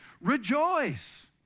rejoice